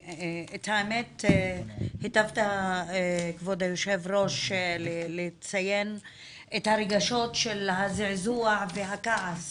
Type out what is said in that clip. היטבת כבוד היושב ראש לציין את הרגשות של הזעזוע והכעס